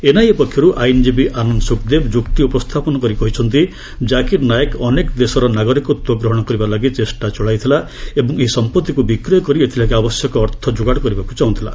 NIA ପକ୍ଷର୍ ଆଇନଜୀବୀ ଆନନ୍ଦ ସୁଖଦେବ ଯୁକ୍ତି ଉପସ୍ଥାପନ କରି କହିଛନ୍ତି ଜାକିର ନାୟକ ଅନେକ ଦେଶର ନାଗରିକତ୍ୱ ଗ୍ରହଣ କରିବା ଲାଗି ଚେଷ୍ଟା ଚଳାଇଥିଲା ଏବଂ ଏହି ସମ୍ପଭିସବୁ ବିକ୍ରୟ କରି ଏଥିଲାଗି ଆବଶ୍ୟକ ଅର୍ଥ ଯୋଗାଡ଼ କରିବାକୁ ଚାହୁଁଥିଲା